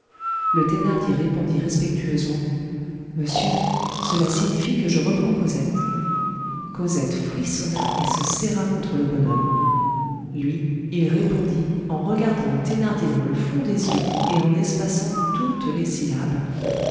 le thénardier répondit respectueusement monsieur cela signifie que je reprends cosette cosette frissonna et se serra contre le bonhomme lui il répondit en regardant le thénardier dans le fond des yeux et en espaçant toutes les syllabes